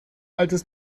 altes